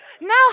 Now